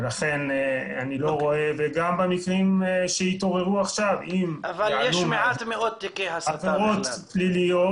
וגם במקרים שהתעוררו עכשיו אם --- עבירות פליליות,